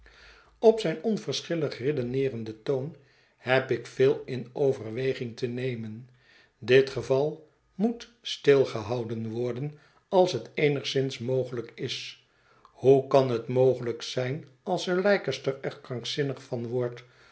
op zijn onverschillig redeneerenden toon heb ik veel in overweging te nemen dit geval moet stilgehouden worden als het eenigszins mogelijk is hoe kan het mogelijk zijn ais sir leicester er krankzinnig van wordt